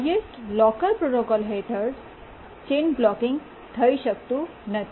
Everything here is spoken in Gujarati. હાયેસ્ટ લોકર પ્રોટોકોલ હેઠળ ચેઇન બ્લૉકિંગ થઈ શકતું નથી